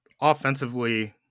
offensively